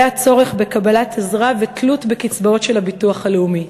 עולה הצורך בקבלת עזרה ועולה התלות בקצבאות של הביטוח הלאומי.